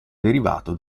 derivato